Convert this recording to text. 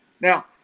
Now